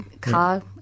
car